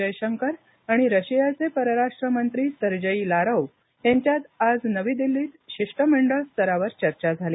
जयशंकर आणि रशियाचे परराष्ट्र मंत्री सर्जेई लारोव्ह यांच्यात आज नवी दिल्लीत शिष्टमंडळ स्तरावर चर्चा झाली